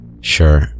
Sure